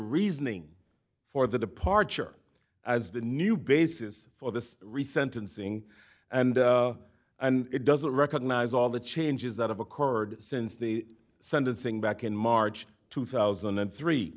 reasoning for the departure as the new basis for the recent unsing and and it doesn't recognize all the changes that have occurred since the sentencing back in march two thousand and three